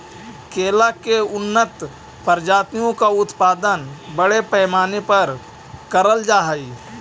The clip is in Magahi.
केला की उन्नत प्रजातियों का उत्पादन बड़े पैमाने पर करल जा हई